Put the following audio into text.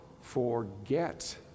forget